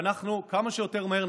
אנחנו נעשה את זה כמה שיותר מהר.